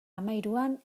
hamahiruan